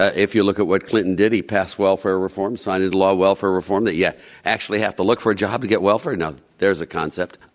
ah if you look at what clinton did, he passed welfare reform, signed into law welfare reform, that you yeah actually have to look for a job to get welfare. now, there's a concept.